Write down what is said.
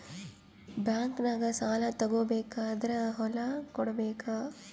ಬ್ಯಾಂಕ್ನಾಗ ಸಾಲ ತಗೋ ಬೇಕಾದ್ರ್ ಹೊಲ ಕೊಡಬೇಕಾ?